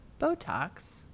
Botox